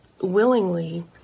willingly